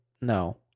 No